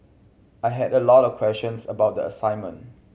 I had a lot of questions about the assignment